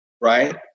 right